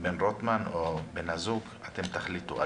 בן רוטמן, או עם בן הזוג אלון